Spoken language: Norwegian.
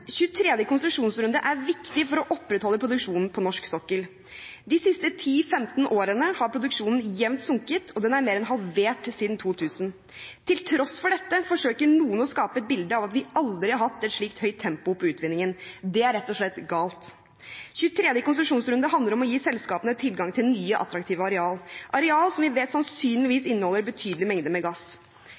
er viktig for å opprettholde produksjonen på norsk sokkel. De siste 10–15 årene har produksjonen jevnt sunket, og den er mer enn halvert siden 2000. Til tross for dette forsøker noen å skape et bilde av at vi aldri har hatt et så høyt tempo på utvinningen. Det er rett og slett galt. Den 23. konsesjonsrunden handler om å gi selskapene tilgang til nye, attraktive areal, areal som vi vet sannsynligvis inneholder betydelige mengder med gass.